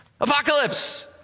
Apocalypse